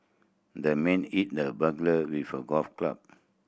the man hit the burglar with a golf club